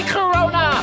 Corona